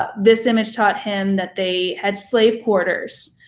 ah this image taught him that they had slave quarters.